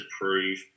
prove